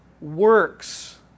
works